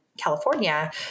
California